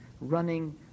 running